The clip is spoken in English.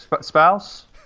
spouse